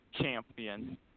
champion